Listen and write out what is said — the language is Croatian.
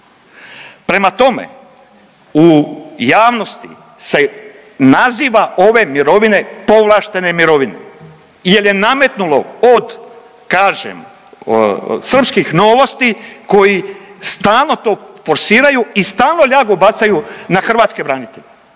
Prema tome, u javnosti se naziva ove mirovine povlaštene mirovine jer je nametnulo od kažem Srpskih novosti koji stalno to forsiraju i stalno ljagu bacaju na hrvatske branitelje